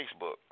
facebook